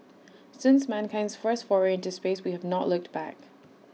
since mankind's first foray into space we have not looked back